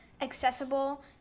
accessible